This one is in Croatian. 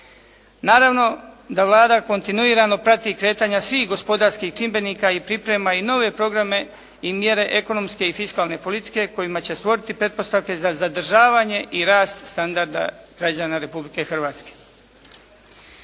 Naravno da Vlada kontinuirano prati kretanja svih gospodarskih čimbenika i priprema i nove programe i mjere ekonomske i fiskalne politike kojima će stvoriti pretpostavke za zadržavanje i rast standarda građana Republike Hrvatske.